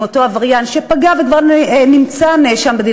עם אותו עבריין שפגע וכבר נמצא נאשם בדין,